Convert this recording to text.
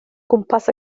gwmpas